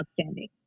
outstanding